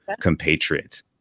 compatriot